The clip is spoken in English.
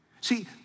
See